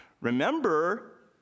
Remember